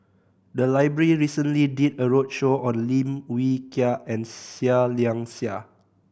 the library recently did a roadshow on Lim Wee Kiak and Seah Liang Seah